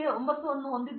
A 9 ಅನ್ನು ಹೊಂದಿದ್ದಾರೆ